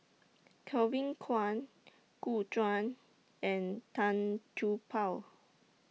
Kevin Kwan Gu Juan and Tan Paw